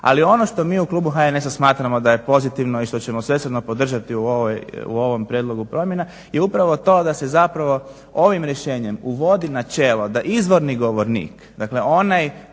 ali ono što mi u klubu HNS-a smatramo da je pozitivno i što ćemo svesrdno podržati u ovom prijedlogu promjena je upravo to da se zapravo ovim rješenjem uvodi načelo da izvorni govornik, dakle onaj